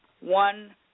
one